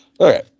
Okay